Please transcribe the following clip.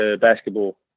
basketball